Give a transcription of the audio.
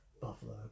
Buffalo